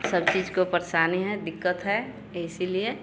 सब चीज को परेशानी है दिक्कत है त इसलिए